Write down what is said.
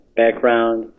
background